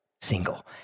single